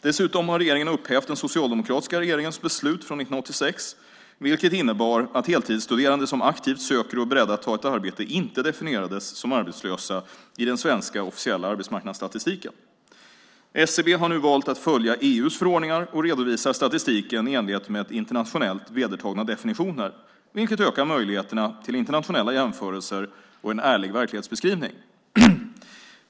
Dessutom har regeringen upphävt den socialdemokratiska regeringens beslut från 1986, vilket innebar att heltidsstuderande som aktivt söker och är beredda att ta ett arbete inte definierades som arbetslösa i den svenska offentliga arbetsmarknadsstatistiken. SCB har nu valt att följa EU:s förordningar och redovisar statistiken i enlighet med internationellt vedertagna definitioner, vilket ökar möjligheterna till internationella jämförelser och en ärlig verklighetsbeskrivning.